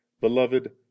Beloved